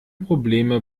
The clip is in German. probleme